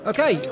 Okay